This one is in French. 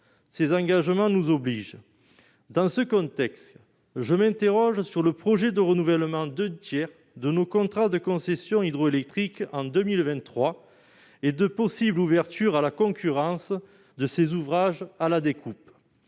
cet engagement nous oblige. Dans ce contexte, je m'interroge sur le projet de renouvellement d'un tiers de nos contrats de concessions hydroélectriques en 2023 et de possibles ouvertures de ces ouvrages à la concurrence, à la découpe.